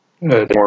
more